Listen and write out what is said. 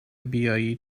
بیایی